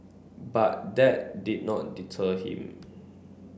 but that did not deter him